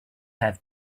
have